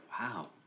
Wow